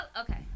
Okay